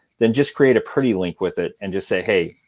then just create a pretty link with it. and just say, hey,